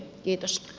kiitos